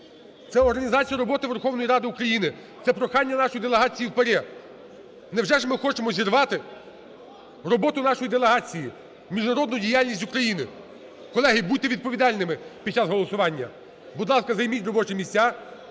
це організація роботи Верховної Ради України, це прохання нашої делегації в ПАРЄ. Невже ж ми хочемо зірвати роботу нашої делегації, міжнародну діяльність України. Колеги, будьте відповідальними під час голосування. Будь ласка, займіть робочі місця